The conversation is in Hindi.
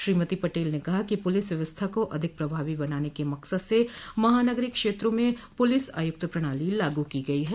श्रीमती पटेल ने कहा कि पुलिस व्यवस्था को अधिक प्रभावी बनाने के मकसद से महानगरीय क्षेत्रों में पुलिस आयुक्त प्रणाली लागू की गई है